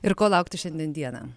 ir ko laukti šiandien dieną